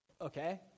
Okay